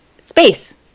space